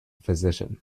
physician